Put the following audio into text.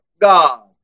God